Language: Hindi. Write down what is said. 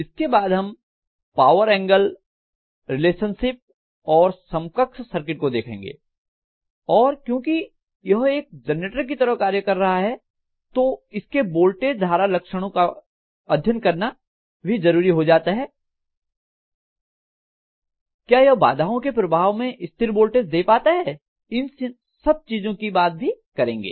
इसके बाद हम पावर एंगल रिलेशनशिप और समकक्ष सर्किट को देखेंगे और क्योंकि यह एक जनरेटर की तरह कार्य कर रहा है तो इसके वोल्टेज धारा लक्षणों का अध्ययन करना जरूरी हो जाता है क्या यह बाधाओं के प्रभाव में स्थिर वोल्टेज दे पाता है इन सब चीजों की बात करेंगे